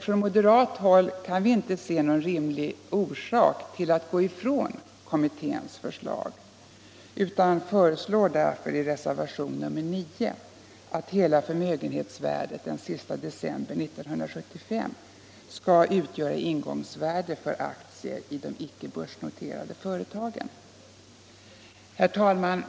Från moderat håll kan vi emellertid inte se någon rimlig anledning till att gå ifrån kommitténs förslag utan föreslår i reservationen 9 att hela förmögenhetsvärdet den sista december 1975 skall utgöra ingångsvärde för aktier i de icke börsnoterade företagen. Herr talman!